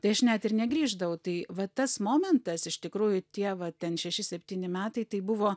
tai aš net ir negrįždavau tai va tas momentas iš tikrųjų tie va ten šeši septyni metai tai buvo